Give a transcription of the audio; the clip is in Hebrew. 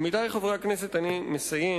עמיתי חברי הכנסת, אני מסיים,